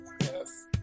Yes